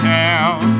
town